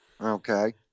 Okay